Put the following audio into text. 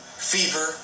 Fever